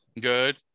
Good